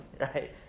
right